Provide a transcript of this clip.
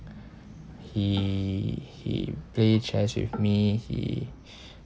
he he play chess with me he